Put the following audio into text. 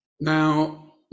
Now